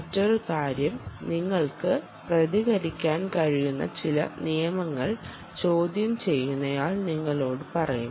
മറ്റൊരു കാര്യം നിങ്ങൾക്ക് പ്രതികരിക്കാൻ കഴിയുന്ന ചില നിയമങ്ങൾ ചോദ്യം ചെയ്യുന്നയാൾ നിങ്ങളോട് പറയും